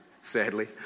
sadly